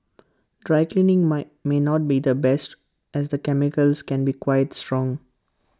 dry cleaning my may not be the best as the chemicals can be quite strong